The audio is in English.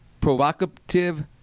provocative